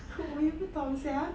我也不懂 sia